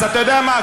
אז אתה יודע מה?